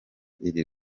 iri